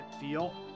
feel